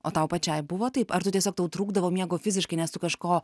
o tau pačiai buvo taip ar tu tiesiog tau trūkdavo miego fiziškai nes tu kažko